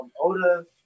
oda